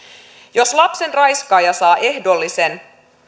jos lapsen raiskaaja saa ehdollisen